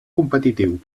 competitiu